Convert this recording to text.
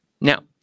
Now